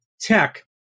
tech